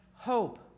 Hope